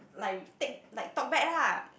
like retake like talk back lah